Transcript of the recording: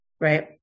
Right